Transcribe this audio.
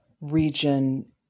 region